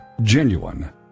genuine